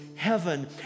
heaven